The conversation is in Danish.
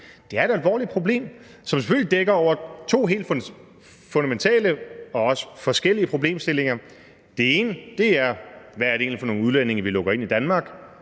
Det er et alvorligt problem, som selvfølgelig dækker over to helt fundamentale og også forskellige problemstillinger. Det ene er, hvad det egentlig er for nogle udlændinge, vi lukker ind i Danmark